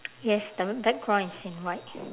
yes the background is in white